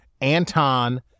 Anton